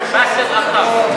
באסל גטאס.